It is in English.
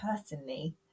personally